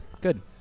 Good